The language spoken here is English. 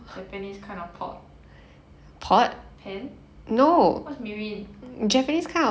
japanese kind of pot pan what's mirin